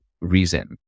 reason